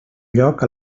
lloc